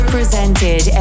Presented